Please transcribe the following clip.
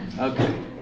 Okay